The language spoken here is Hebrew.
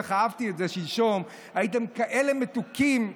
איך אהבתי את זה שלשום, הייתם כאלה מתוקים.